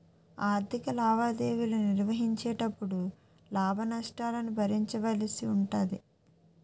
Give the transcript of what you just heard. ఆర్ధిక లావాదేవీలు నిర్వహించేటపుడు లాభ నష్టాలను భరించవలసి ఉంటాది